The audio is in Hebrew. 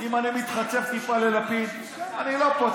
אם אני מתחצף טיפה ללפיד, אני לא פה.